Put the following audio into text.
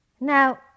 Now